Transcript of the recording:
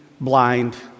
blind